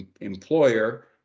employer